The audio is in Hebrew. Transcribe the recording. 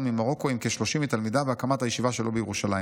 ממרוקו עם כ-30 מתלמידיו והקמת הישיבה שלו בירושלים.